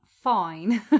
Fine